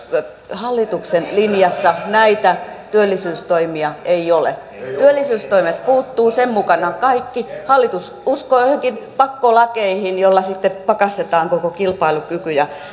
hallituksen linjassa näitä työllisyystoimia ei ole työllisyystoimet puuttuvat sen mukana kaikki hallitus uskoo joihinkin pakkolakeihin joilla sitten pakastetaan koko kilpailukyky